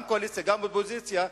גם קואליציה וגם אופוזיציה,